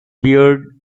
beard